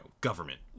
government